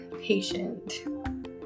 patient